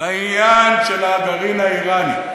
לעניין של הגרעין האיראני.